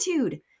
attitude